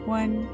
one